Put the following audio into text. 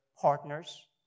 partners